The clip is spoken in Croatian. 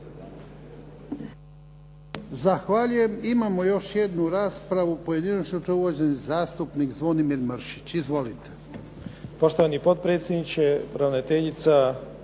Zahvaljujem. Imamo još jednu raspravu pojedinačnu uvaženi zastupnik Zvonimir Mršić. Izvolite.